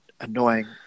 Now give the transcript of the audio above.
annoying